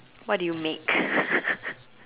what do you make